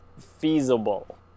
feasible